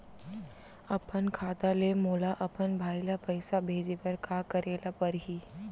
अपन खाता ले मोला अपन भाई ल पइसा भेजे बर का करे ल परही?